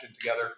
together